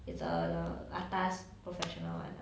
it's err the atas professional word ah